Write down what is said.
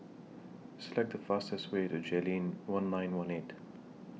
Select The fastest Way to Jayleen one nine one eight